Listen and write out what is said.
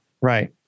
Right